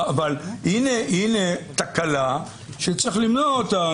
אבל הנה תקלה שצריך למנוע אותה.